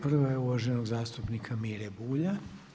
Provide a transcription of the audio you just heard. Prva je uvaženog zastupnika Mire Bulja.